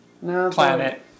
planet